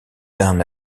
d’un